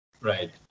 Right